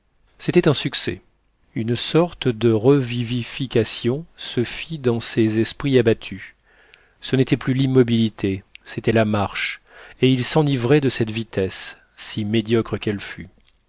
c'était un succès une sorte de revivification se fit dans ces esprits abattus ce n'était plus l'immobilité c'était la marche et ils s'enivraient de cette vitesse si médiocre qu'elle fût